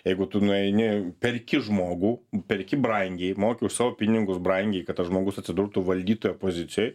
jeigu tu nueini perki žmogų perki brangiai moki už savo pinigus brangiai kad tas žmogus atsidurtų valdytojo pozicijoj